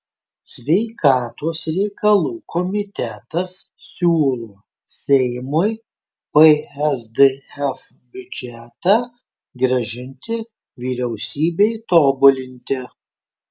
sveikatos reikalų komitetas siūlo seimui psdf biudžetą grąžinti vyriausybei tobulinti